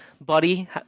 Buddy